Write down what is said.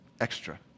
extra